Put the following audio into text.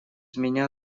меня